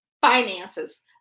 finances